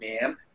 ma'am